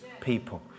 people